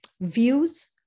views